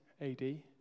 AD